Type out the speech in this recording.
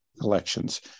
collections